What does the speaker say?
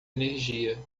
energia